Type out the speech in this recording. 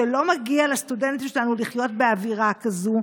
ולא מגיע לסטודנטים שלנו לחיות באווירה כזאת,